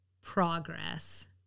progress